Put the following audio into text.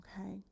Okay